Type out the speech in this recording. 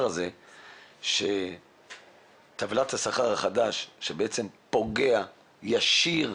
הזה שטבלת השכר החדש שזה פוגע באופן ישיר,